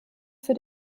für